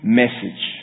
message